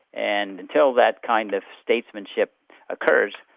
and until that kind of statesmanship occurs,